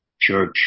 church